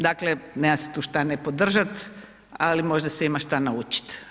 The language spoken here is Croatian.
Dakle nema se tu šta ne podržat, ali možda se ima šta naučiti.